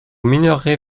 minorez